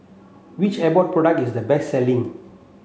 which Abbott product is the best selling